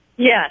Yes